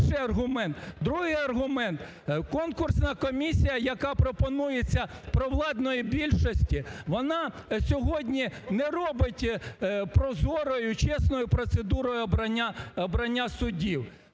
Другий аргумент. Конкурсна комісія, яка пропонується провладною більшістю, вона сьогодні не робить прозорою і чесною процедуру обрання суддів.